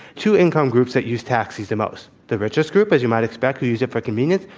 two income groups that use taxis the most the richest group, as you might expect, who use it for convenience,